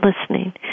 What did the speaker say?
listening